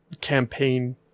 campaign